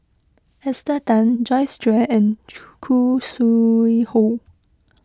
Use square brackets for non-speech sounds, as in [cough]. Esther Tan Joyce Jue and [unintelligible] Khoo Sui Hoe